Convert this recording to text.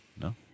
No